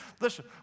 Listen